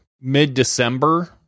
mid-December